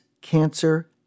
cancer